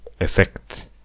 effect